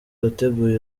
wateguye